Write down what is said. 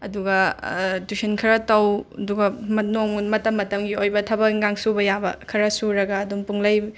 ꯑꯗꯨꯒ ꯇꯨꯏꯁꯟ ꯈꯔ ꯇꯧ ꯑꯗꯨꯒ ꯅꯣꯡ ꯃꯇꯝ ꯃꯇꯝꯒꯤ ꯑꯣꯏꯕ ꯊꯕ ꯏꯪꯒꯥꯡ ꯁꯨꯕ ꯌꯥꯕ ꯈꯔ ꯁꯨꯔꯒ ꯑꯗꯨꯝ ꯄꯨꯡꯂꯩ